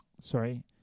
sorry